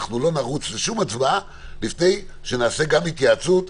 אנחנו לא נרוץ לשום הצבעה לפני שנעשה גם התייעצות,